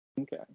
Okay